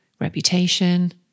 reputation